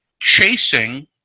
chasing